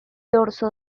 dorso